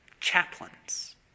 Chaplains